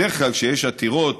בדרך כלל כשיש עתירות,